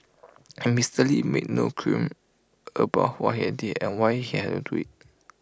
and Mister lee made no qualms about what he had did and why he had to do IT